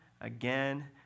again